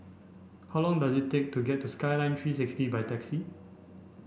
how long does it take to get to Skyline three sixty by taxi